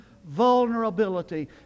vulnerability